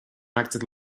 acted